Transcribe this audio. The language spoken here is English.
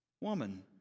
Woman